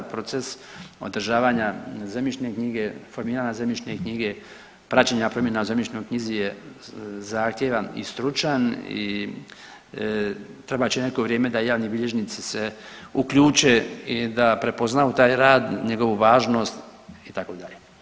Proces održavanja zemljišne knjige, formiranja zemljišne knjige, praćenje promjena u zemljišnoj knjizi je zahtjevan i stručan i trebat će neko vrijeme da javni bilježnici se uključe i da prepoznaju taj rad, njegovu važnost itd.